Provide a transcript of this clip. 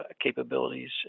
capabilities